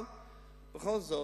אבל בכל זאת,